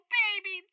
baby